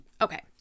Okay